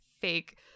fake